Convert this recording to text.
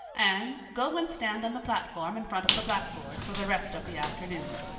anne, go and stand on the platform in front of the blackboard for the rest of the afternoon.